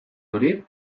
hori